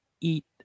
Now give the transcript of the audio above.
eat